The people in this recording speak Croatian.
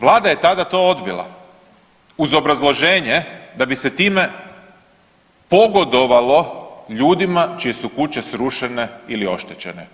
Vlada je tada to odbila uz obrazloženje da bi se time pogodovalo ljudima čije su kuće srušene ili oštećene.